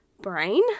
brain